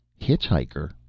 Hitchhiker